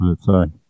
sorry